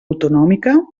autonòmica